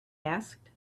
asked